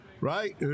right